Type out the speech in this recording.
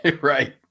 right